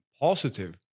positive